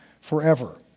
forever